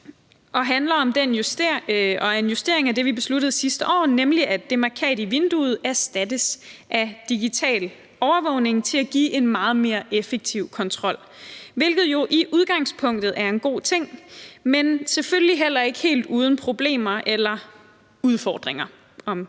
og er en justering af det, som vi besluttede sidste år, nemlig at det mærkat i vinduet erstattes af digital overvågning for at give en meget mere effektiv kontrol, hvilket jo i udgangspunktet er en god ting, men selvfølgelig heller ikke helt uden problemer – eller udfordringer, som jeg